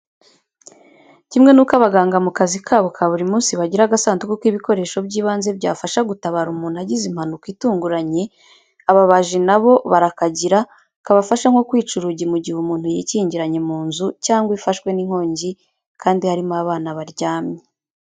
Kimwe n'uko abaganga mu kazi kabo ka buri munsi, bagira agasanduku k'ibikoresho by'ibanze byabafasha gutabara umuntu agize impanuka itunguranye, ababaji na bo barakagira kabafasha nko kwica urugi mu gihe umuntu yikingiranye mu nzu cyangwa ifashwe n'inkongi kandi harimo abana baryamye.